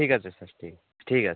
ঠিক আছে স্যার ঠিক আছে ঠিক আছে